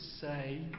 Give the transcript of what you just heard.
say